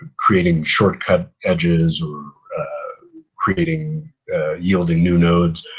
creating shortcut edges or creating yield in new nodes,